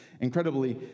incredibly